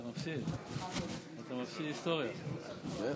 אדוני היושב-ראש, ברכות,